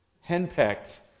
henpecked